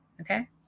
Okay